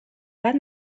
بعد